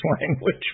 language